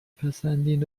پسندین